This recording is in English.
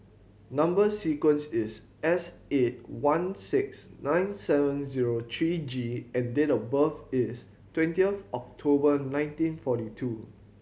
number sequence is S eight one six nine seven zero three G and date of birth is twentieth October nineteen forty two